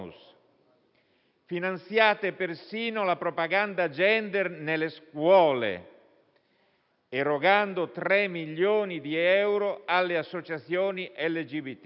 Finanziate persino la propaganda *gender* nelle scuole, erogando tre milioni di euro alle associazioni LGBT.